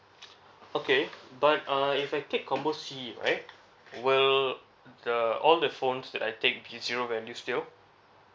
okay but uh if I take combo C right will the all the phones that I take be zero value still